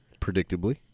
predictably